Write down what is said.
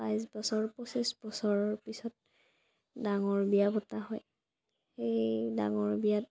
বাইছ বছৰ পঁচিছ বছৰৰ পিছত ডাঙৰ বিয়া পতা হয় এই ডাঙৰ বিয়াত